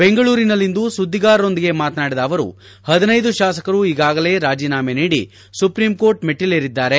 ಬೆಂಗಳೂರಿನಲ್ಲಿಂದು ಸುದ್ವಿಗಾರರೊಂದಿಗೆ ಮಾತನಾಡಿದ ಅವರು ಹದಿನೈದು ಶಾಸಕರು ಈಗಾಗಲೇ ರಾಜಿನಾಮೆ ನೀಡಿ ಸುಪ್ರೀಂಕೋರ್ಟ್ ಮೆಟ್ಟಲೇರಿದ್ದಾರೆ